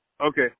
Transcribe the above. Okay